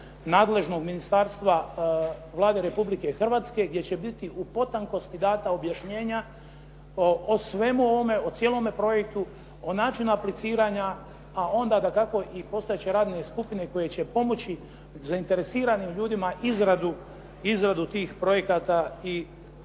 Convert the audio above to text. nadležnog ministarstva Vlade Republike Hrvatske gdje će biti u potankosti dana objašnjenja o svemu ovome, o cijelome projektu, o načinu apliciranja, a onda dakako i postojeće radne skupine koje će pomoći zainteresiranim ljudima izradu tih projekata, a od njih